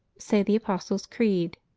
say the apostles' creed.